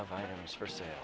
of items for sale